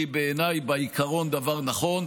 היא בעיניי, בעיקרון, דבר נכון.